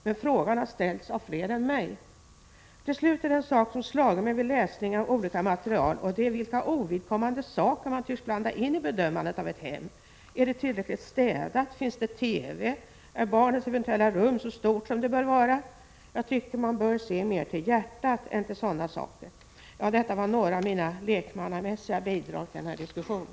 Men frågan har ställts av fler än mig. Till slut är det en sak som slagit mig vid läsningen av olika material och det är vilka ovidkommande saker man tycks blanda in vid bedömandet av ett hem. Är det tillräckligt städat? Finns det TV? Är barnets eventuella rum så stort som det bör vara? Man bör nog mer se till hjärtat än till sådana saker. Ja, detta var några av mina lekmannamässiga bidrag till diskussionen.